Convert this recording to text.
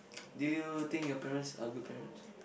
do you think your parents are good parents